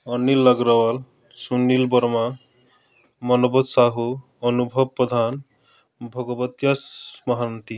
Anil Agarwal Sunil Verma Manabat Sahu Anubhav Padhan Bhagabatyas Mohanty